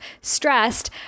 stressed